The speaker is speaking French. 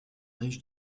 riches